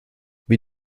wie